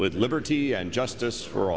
with liberty and justice for